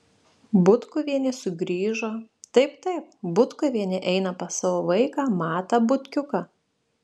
butkuvienė sugrįžo taip taip butkuvienė eina pas savo vaiką matą butkiuką